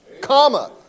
comma